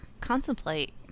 contemplate